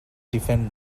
defend